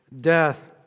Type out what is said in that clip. death